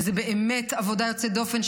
וזו באמת עבודה יוצאת דופן.